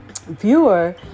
viewer